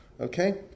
Okay